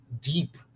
deep